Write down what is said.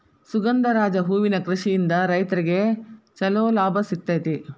ಸುಗಂಧರಾಜ ಹೂವಿನ ಕೃಷಿಯಿಂದ ರೈತ್ರಗೆ ಚಂಲೋ ಲಾಭ ಸಿಗತೈತಿ